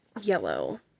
yellow